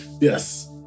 Yes